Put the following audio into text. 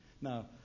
Now